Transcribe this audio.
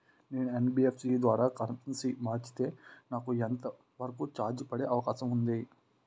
నేను యన్.బి.ఎఫ్.సి ద్వారా కరెన్సీ మార్చితే నాకు ఎంత వరకు చార్జెస్ పడే అవకాశం ఉంది?